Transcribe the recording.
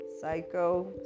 psycho